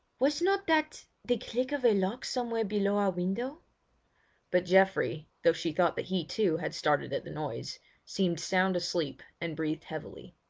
was not that the click of a lock somewhere below our window but geoffrey though she thought that he, too, had started at the noise seemed sound asleep, and breathed heavily.